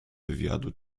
wywiadu